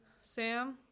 Sam